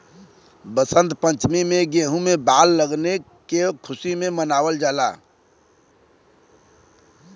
वसंत पंचमी में गेंहू में बाल लगले क खुशी में मनावल जाला